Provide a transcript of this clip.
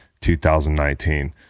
2019